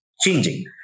changing